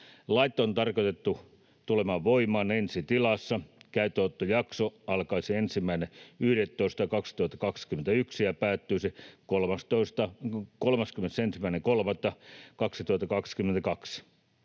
Lait on tarkoitettu tulemaan voimaan ensi tilassa. Käyttöönottojakso alkaisi 1.11.2021 ja päättyisi 31.3.2022.